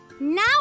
Now